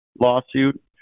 lawsuit